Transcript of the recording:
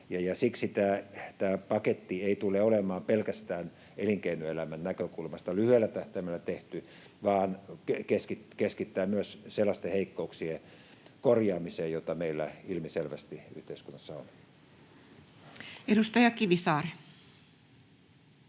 siksi tämä paketti ei tule olemaan pelkästään elinkeinoelämän näkökulmasta lyhyellä tähtäimellä tehty vaan keskitytään myös sellaisten heikkouksien korjaamiseen, joita meillä ilmiselvästi yhteiskunnassa on. [Speech 124]